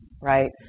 right